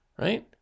Right